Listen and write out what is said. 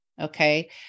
Okay